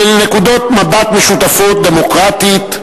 של נקודות מבט משותפות דמוקרטיות,